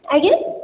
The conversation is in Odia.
ଆଜ୍ଞା